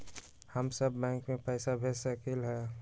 हम सब बैंक में पैसा भेज सकली ह?